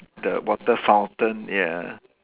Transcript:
the water fountain ya